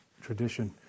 tradition